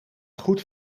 goed